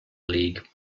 league